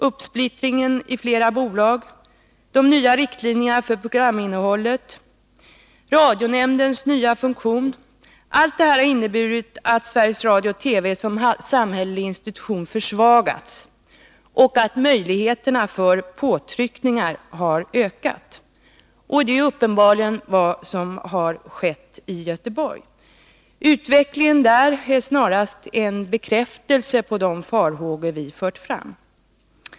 Uppsplittringen i flera bolag, de nya riktlinjerna för programinnehållet, radionämndens nya funktion — allt detta har inneburit att Sveriges Radio-TV som samhällelig institution försvagats och att möjligheterna för påtryckningar har ökat. Detta är uppenbarligen vad som har skett i Göteborg. Utvecklingen där är snarast en bekräftelse på de farhågor vi fört fram.